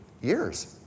years